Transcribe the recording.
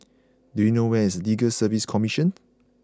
do you know where is Legal Service Commission